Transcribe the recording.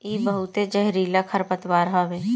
इ बहुते जहरीला खरपतवार हवे